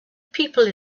people